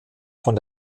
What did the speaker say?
von